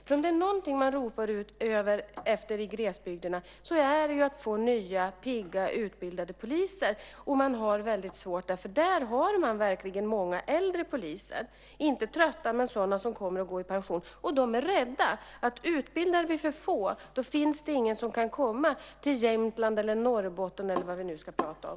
Är det någonting man ropar efter i glesbygderna är det att få nya pigga utbildade poliser. Man har det väldigt svårt. Där har man verkligen många äldre poliser, inte trötta men sådana som kommer att gå i pension. De är rädda att om vi utbildar för få poliser, finns det ingen som kan komma till Jämtland, Norrbotten eller vad vi nu ska prata om.